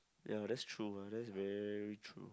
ya that's true ah that's very true